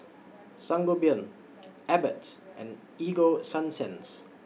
Sangobion Abbott and Ego Sunsense